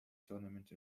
tournament